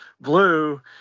Blue